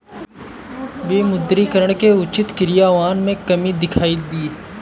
विमुद्रीकरण के उचित क्रियान्वयन में कमी दिखाई दी